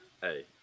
Hey